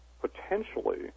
potentially